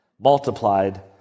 multiplied